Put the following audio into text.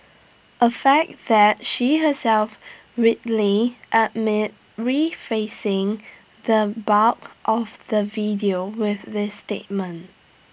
A fact that she herself readily admitted refacing the bulk of the video with this statement